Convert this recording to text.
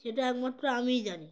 সেটা একমাত্র আমিই জানি